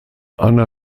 anna